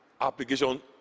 application